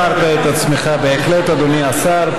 הבהרת את עצמך בהחלט, אדוני השר.